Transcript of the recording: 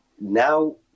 now